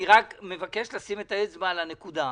אני רק מבקש לשים את האצבע על הנקודה.